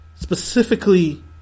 specifically